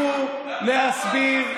תצליחו להסביר,